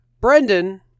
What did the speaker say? Brendan